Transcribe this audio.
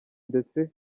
ndetse